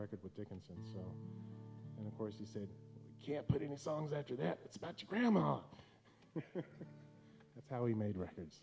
record with dickinson and of course he said can't put any songs after that it's about your grandma that's how he made records